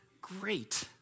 great